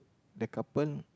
the couple